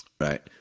right